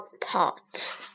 pot